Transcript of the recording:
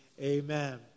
amen